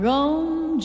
Rome